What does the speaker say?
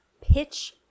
pitch